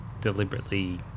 deliberately